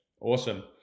Awesome